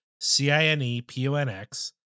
C-I-N-E-P-O-N-X